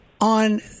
on